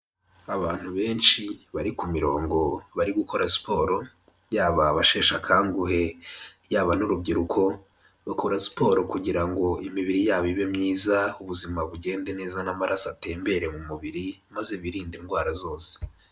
Abantu benshi bari ku mirongo bari gukora siporo, yaba abasheshe akanguhe, yaba n'urubyiruko, bakora siporo kugira ngo imibiri yabo ibe myiza, ubuzima bugende neza n'amaraso atembere mu mubiri maze birinde indwara zose.